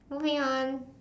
moving on